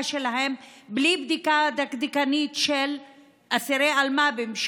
שלהם בלי בדיקה דקדקנית של אסירים אלמ"בים,